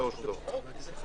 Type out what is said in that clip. אולי יהיה לפני התוכנית.